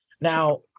Now